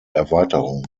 erweiterung